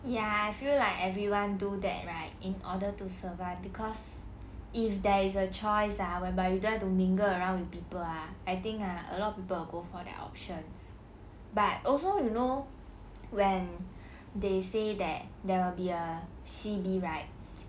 ya I feel like everyone do that right in order to survive cause if there is a choice ah whereby you don't have to mingle around with people ah I think ah a lot of people go for that option but also you know when they say that there will be a C_B right